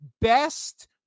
Best